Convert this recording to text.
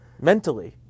mentally